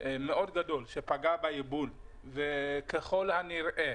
מאוד גדול שפגע ביבול וככל הנראה